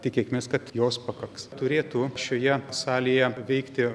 tikėkimės kad jos pakaks turėtų šioje salėje veikti